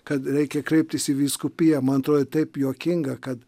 kad reikia kreiptis į vyskupiją man atrodo taip juokinga kad